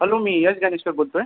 hello मी यश ज्ञानेश्वर बोलतोय